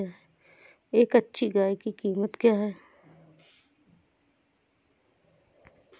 एक अच्छी गाय की कीमत क्या है?